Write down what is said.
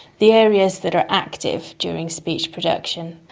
the areas that are active during speech production.